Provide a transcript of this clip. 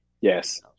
Yes